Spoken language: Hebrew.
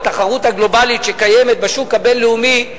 בתחרות הגלובלית שקיימת בשוק הבין-לאומי,